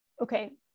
okay